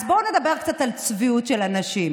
אז בואו נדבר קצת על צביעות של אנשים.